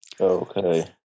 okay